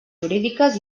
jurídiques